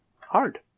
hard